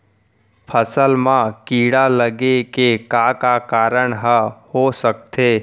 फसल म कीड़ा लगे के का का कारण ह हो सकथे?